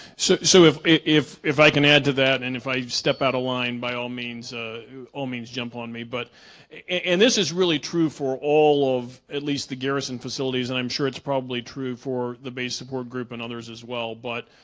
so so if if if i can add to that and if i step out of line by all means ah all means jump on me but and this is really true for all of at least the garrison facilities and i'm sure it's probably true for the base support group and others as well but